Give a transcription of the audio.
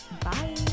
bye